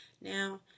Now